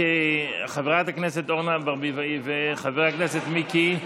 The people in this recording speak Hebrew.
חברת הכנסת אורנה ברביבאי וחבר הכנסת מיקי לוי,